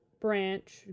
branch